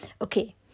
Okay